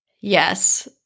Yes